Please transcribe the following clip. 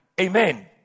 Amen